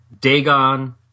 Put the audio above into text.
Dagon